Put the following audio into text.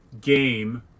game